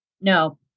No